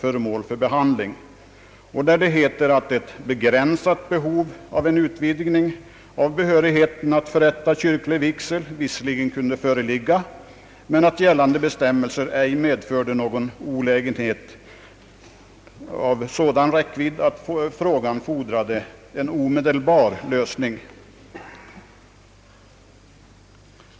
Utskottet anförde vid detta tillfälle att ett begränsat behov av en utvidg ning av behörigheten att förrätta kyrklig vigsel visserligen kunde föreligga men att gällande bestämmelser ej medförde någon olägenhet av sådan räckvidd, att frågan fordrade en omedelbar lösning.